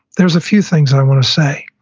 there's a few things i want to say.